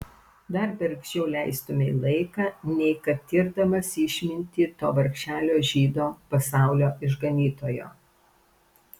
dar bergždžiau leistumei laiką nei kad tirdamas išmintį to vargšelio žydo pasaulio išganytojo